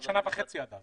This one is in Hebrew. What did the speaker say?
אין שנה וחצי עד אז.